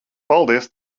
paldies